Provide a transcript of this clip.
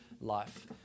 life